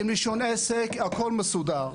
פרטי, עם רישיון עסק, הכל מסודר.